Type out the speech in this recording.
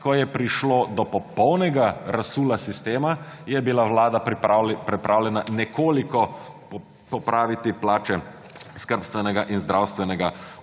ko je prišlo do popolnega razsula sistema, je bila Vlada pripravljena nekoliko popraviti plače skrbstvenega in zdravstvenega